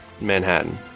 Manhattan